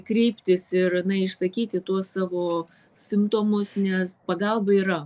kreiptis ir na išsakyti tuos savo simptomus nes pagalba yra